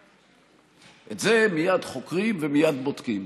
את זה מייד חוקרים ומייד בודקים.